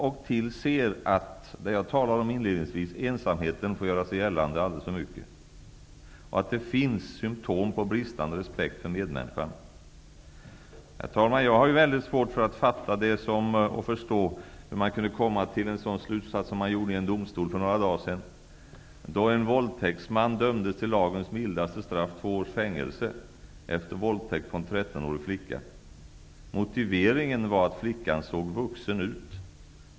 Jag vill inte kasta detta över något parti eller någon politiker, utan jag tycker att vi alla kan ta åt oss. Herr talman! Jag har mycket svårt att förstå hur man kunde komma till den slutsats som en domstol gjorde för några dagar sedan då en våldtäktsman dömdes till lagens mildaste straff, två års fängelse, efter våldtäkt på en 13-årig flicka. Motiveringen var att flickan såg vuxen ut.